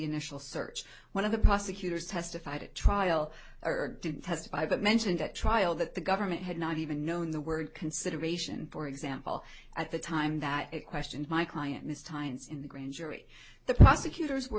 initial search one of the prosecutors testified at trial or didn't testify but mentioned at trial that the government had not even known the word consideration for example at the time that i question my client miss tines in the grand jury the prosecutors were